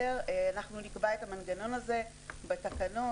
אנחנו נקבע את המנגנון הזה בתקנות.